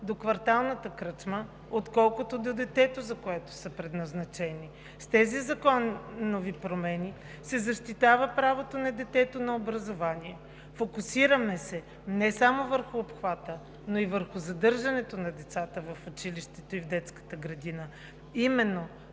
до кварталната кръчма, отколкото до детето, за което са предназначени. С тези законови промени се защитава правото на детето на образование. Фокусираме се не само върху обхвата, но и върху задържането на децата в училището и в детската градина